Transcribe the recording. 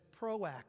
proactive